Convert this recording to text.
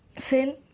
sin